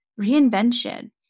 reinvention